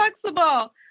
flexible